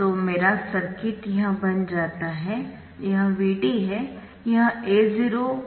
तो मेरा सर्किट यह बन जाता है यह Vd है यह A0 Vd है